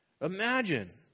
Imagine